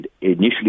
initially